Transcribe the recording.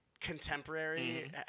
contemporary